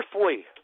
earthly